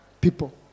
people